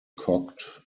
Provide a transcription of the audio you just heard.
cocked